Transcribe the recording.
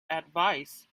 advice